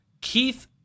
Keith